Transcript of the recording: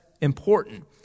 important